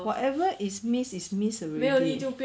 whatever is miss is miss already